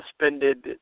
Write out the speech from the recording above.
suspended